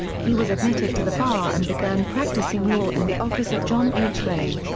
he was admitted to the bar and began practicing law in the office of john h. ray.